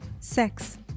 sex